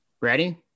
Ready